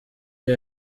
iyo